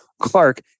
Clark